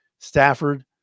Stafford